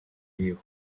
you